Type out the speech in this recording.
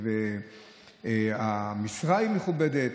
המשרה מכובדת,